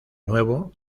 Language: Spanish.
nuevo